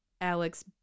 Alex